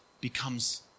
becomes